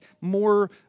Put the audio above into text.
more